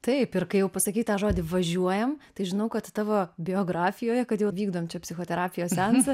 taip ir kai jau pasakei tą žodį važiuojam tai žinau kad tavo biografijoje kad jau vykdom čia psichoterapijos seansą